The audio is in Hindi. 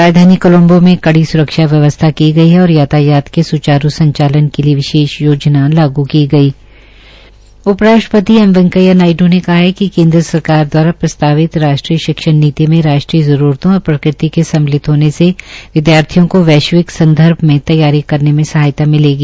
राजधानी कोलंबो में कड़ी स्रक्षा व्यवस्था की गई हथ और यातायात के स्चारू संचालन के लिये विशेष योजना लागू की गई हण उप राष्ट्रपति एम वक्केया नायड़ू ने कहा हा कि केन्द्र सरकार द्वारा प्रस्तावित राष्ट्रीय शिक्षण नीति में राष्ट्रीयजरूरतों और प्रकृति के सिम्मलित होने से विद्यार्थियों को वक्ष्प्विक सदंर्भ में तद्वारी करने में सहायता मिलेगी